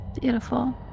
Beautiful